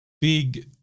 big